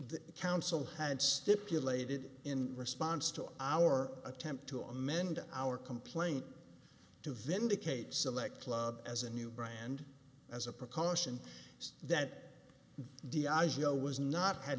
the council had stipulated in response to our attempt to amend our complaint to vindicate select club as a new brand as a precaution so that the i c l was not had